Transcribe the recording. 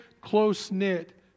close-knit